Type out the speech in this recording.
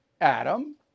Adam